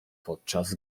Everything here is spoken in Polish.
podczas